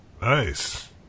Nice